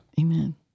Amen